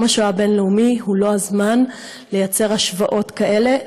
יום השואה הבין-לאומי הוא לא הזמן לייצר השוואות כאלה,